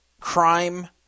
crime